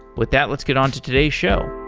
with that, let's get on to today's show